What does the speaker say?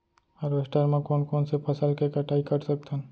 Harvester म कोन कोन से फसल के कटाई कर सकथन?